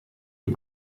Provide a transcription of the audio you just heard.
die